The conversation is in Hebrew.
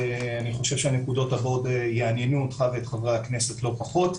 אני חושב שהנקודות הבאות יענינו אותך ואת חברי הכנסת לא פחות,